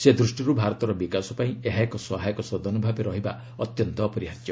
ସେଦୃଷ୍ଟିରୁ ଭାରତର ବିକାଶ ପାଇଁ ଏହା ଏକ ସହାୟକ ସଦନ ଭାବେ ରହିବା ଅତ୍ୟନ୍ତ ଅପରିହାର୍ଯ୍ୟ